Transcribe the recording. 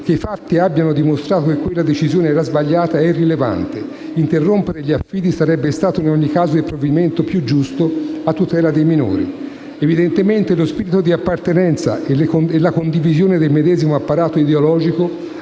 Che i fatti abbiano dimostrato che quella decisione era sbagliata è irrilevante: interrompere gli affidi sarebbe stato in ogni caso il provvedimento più giusto a tutela dei minori. Evidentemente lo spirito di appartenenza e la condivisione del medesimo apparato ideologico